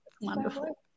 Wonderful